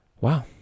Wow